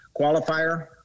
qualifier